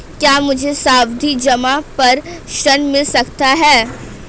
क्या मुझे सावधि जमा पर ऋण मिल सकता है?